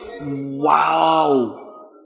wow